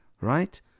Right